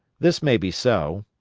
this may be so,